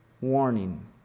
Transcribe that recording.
warning